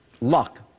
Luck